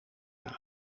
naar